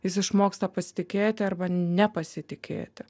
jis išmoksta pasitikėti arba nepasitikėti